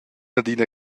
adina